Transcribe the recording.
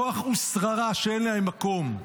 כוח ושררה שאין להם מקום.